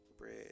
bread